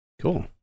Cool